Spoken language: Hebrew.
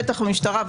בטח במשטרה,